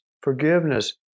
forgiveness